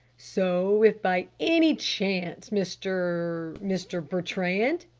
so if by any chance, mr mr. bertrand,